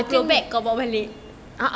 sepuluh beg kau bawa balik